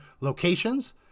locations